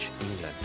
England